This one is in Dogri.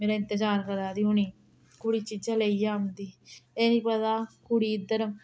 मेरा इंतजार करा दी होनी कुड़ी चीजां लेइयै औंदी एह् नी पता कुड़ी इद्धर